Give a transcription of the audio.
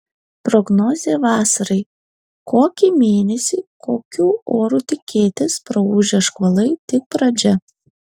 prognozė vasarai kokį mėnesį kokių orų tikėtis praūžę škvalai tik pradžia